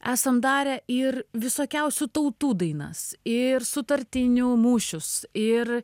esam darę ir visokiausių tautų dainas ir sutartinių mūšius ir